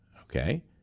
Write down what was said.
okay